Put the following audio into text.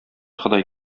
ходай